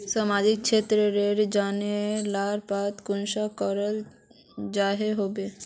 सामाजिक क्षेत्र रेर योजना लार पता कुंसम करे चलो होबे?